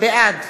בעד